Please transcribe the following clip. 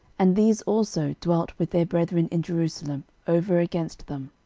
and these also dwelt with their brethren in jerusalem, over against them.